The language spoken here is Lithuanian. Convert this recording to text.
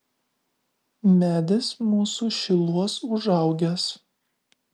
medis mūsų šiluos užaugęs